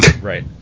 Right